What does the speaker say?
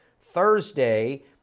Thursday